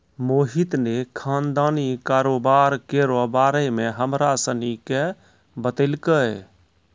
मोहित ने खानदानी कारोबार केरो बारे मे हमरा सनी के बतैलकै